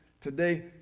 today